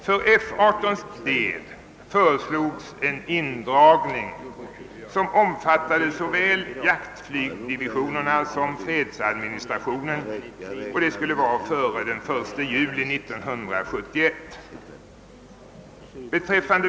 För F 18 föreslogs en indragning, som omfattade såväl jaktflygdivisionerna som fredsadministrationen, före den 1 juli 1971.